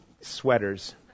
sweaters